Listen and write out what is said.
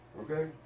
Okay